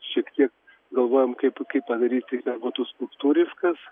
šiek tiek galvojam kaip kaip padaryti kad būtų skulptūriškas